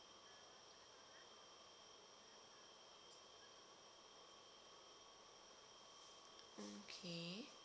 okay